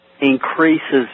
increases